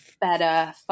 better